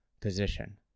position